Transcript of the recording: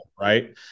Right